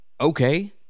okay